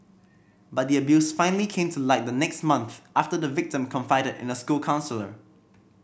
but the abuse finally came to light the next month after the victim confided in a school counsellor